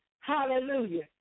hallelujah